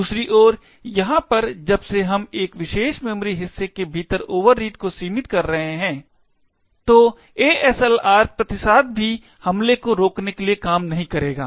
दूसरी ओर यहाँ पर जब से हम एक विशेष मेमोरी हिस्से के भीतर ओवररीड को सीमित कर रहे हैं तो ASLR प्रतिसाद भी हमले को रोकने के लिए काम नहीं करेगा